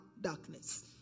darkness